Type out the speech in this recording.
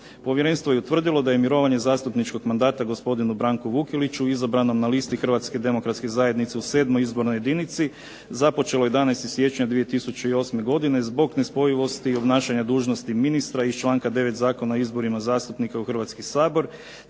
Povjerenstvo je utvrdilo da je mirovanje zastupničkog mandata gospodinu Ivanu Šukeru, izabranom na listi Hrvatske demokratske zajednice u 6. izbornoj jedinici započelo 11. siječnja 2008. godine, zbog nespojivosti dužnosti, obnašanja dužnosti ministra iz članka 9. Zakona o izborima zastupnika u Hrvatski sabor,